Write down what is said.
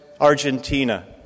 Argentina